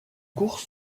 course